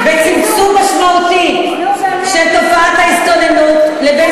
וצמצום משמעותי של תופעת ההסתננות לבין